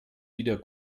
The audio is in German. wieder